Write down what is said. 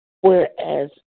whereas